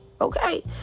Okay